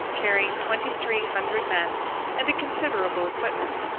carrying twenty-three hundred men and a considerable equipment.